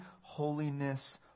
holiness